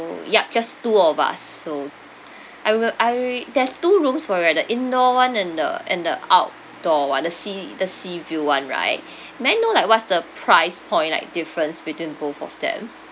ya just two of us so I will I there's two rooms for like the indoor [one] and the and the outdoor [one] the sea the sea view one right may I know like what's the price point like difference between both of them